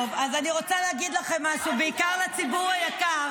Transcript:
טוב, אני רוצה להגיד לכם משהו, בעיקר לציבור היקר